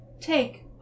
take